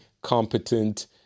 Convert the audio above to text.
competent